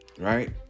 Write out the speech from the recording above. Right